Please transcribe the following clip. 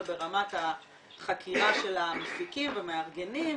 וברמת החקירה של המפיקים ומארגנים,